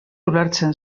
ulertzen